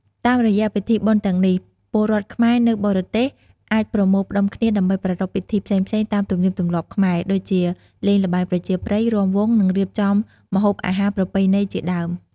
តាមរយៈពិធីបុណ្យទាំងនេះ ពលរដ្ឋខ្មែរនៅបរទេសអាចប្រមូលផ្តុំគ្នាដើម្បីប្រារព្ធពិធីផ្សេងៗតាមទំនៀមទម្លាប់ខ្មែរ ដូចជាលេងល្បែងប្រជាប្រិយ, រាំវង់, និងរៀបចំម្ហូបអាហារប្រពៃណីជាដើម។